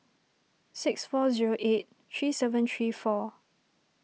six four zero eight three seven three four